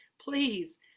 please